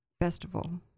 festival